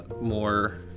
more